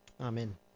Amen